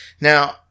Now